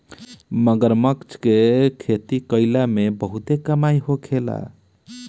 मगरमच्छ के खेती कईला में बहुते कमाई होखेला